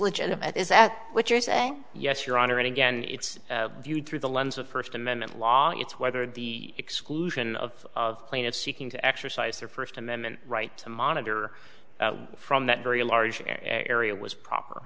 legitimate is that what you're saying yes your honor and again it's viewed through the lens of first amendment law it's whether the exclusion of of plaintiffs seeking to exercise their first amendment right to monitor from that very large area was proper